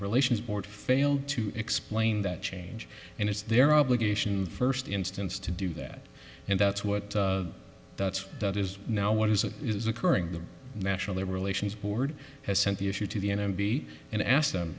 relations board failed to explain that change and it's their obligation first instance to do that and that's what that's done is now what is it is occurring the national labor relations board has sent the issue to the m b and asked them